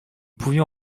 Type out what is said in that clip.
pouvions